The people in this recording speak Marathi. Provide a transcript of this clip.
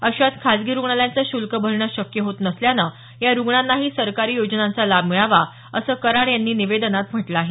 अशात खासगी रुग्णालयांचं शल्क भरणं शक्य होत नसल्यानं या रुग्णांनाही सरकारी योजनांचा लाभ मिळावा असं कराड यांनी निवेदनात म्हटलं आहे